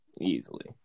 Easily